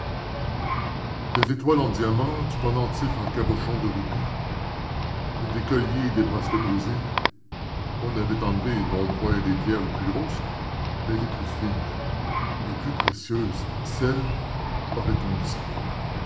de l'étoile en diamants du pendentif en cabochons de rubis des colliers et des bracelets brisés on avait enlevé non point les pierres les plus grosses mais les plus fines les plus précieuses celles aurait-on dit